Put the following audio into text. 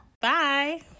bye